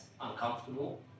uncomfortable